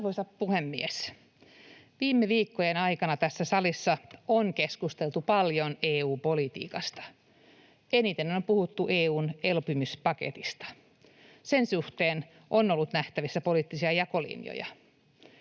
Arvoisa puhemies! Viime viikkojen aikana tässä salissa on keskusteltu paljon EU-politiikasta. Eniten on puhuttu EU:n elpymispaketista. Sen suhteen on ollut nähtävissä poliittisia jakolinjoja.